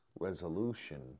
resolution